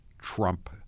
Trump